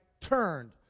turned